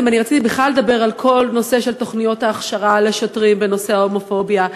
אני רציתי לדבר בכלל על כל תוכניות ההכשרה לשוטרים בנושא ההומופוביה,